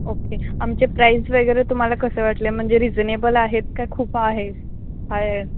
okay आमचे price वगैरे तुम्हाला कसं वाटले म्हणजे रिझनेबल आहेत का खूप आहे हाय आहे